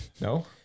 No